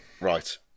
Right